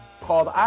called